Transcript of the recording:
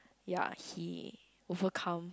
ya he overcome